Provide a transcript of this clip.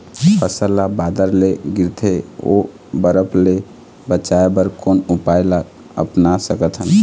फसल ला बादर ले गिरथे ओ बरफ ले बचाए बर कोन उपाय ला अपना सकथन?